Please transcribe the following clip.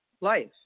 life